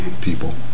people